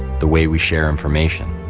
the way we share information?